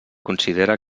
considera